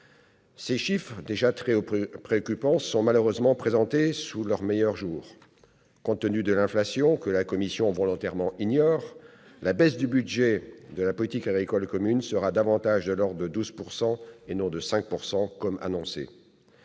Ces chiffres, déjà très préoccupants, sont malheureusement présentés sous leur meilleur jour. Compte tenu de l'inflation que la Commission ignore volontairement, la baisse du budget de la politique agricole commune sera davantage de l'ordre de 12 % que des 5 % annoncés.